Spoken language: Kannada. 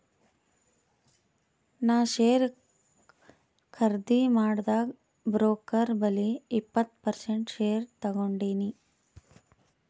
ನಾ ಶೇರ್ ಖರ್ದಿ ಮಾಡಾಗ್ ಬ್ರೋಕರ್ ಬಲ್ಲಿ ಇಪ್ಪತ್ ಪರ್ಸೆಂಟ್ ಶೇರ್ ತಗೊಂಡಿನಿ